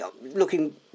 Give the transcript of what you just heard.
looking